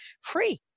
free